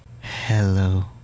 Hello